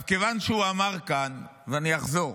כיוון שהוא אמר כאן, ואני אחזור,